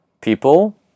people